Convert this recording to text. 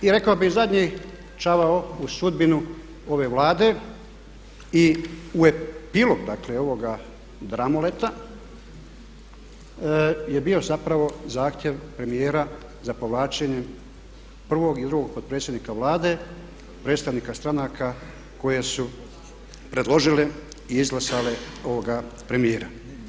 I rekao bih zadnji čavao u sudbinu ove Vlade i epilog dakle ovoga dramoleta je bio zapravo zahtjev premijera za povlačenjem prvog i drugog potpredsjednika Vlade predstavnika stranaka koje su predložile i izglasale ovoga premijera.